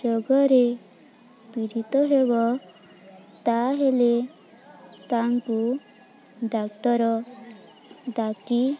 ରୋଗରେ ପୀଡ଼ିତ ହେବ ତାହେଲେ ତାଙ୍କୁ ଡାକ୍ତର ଡାକି